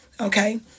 Okay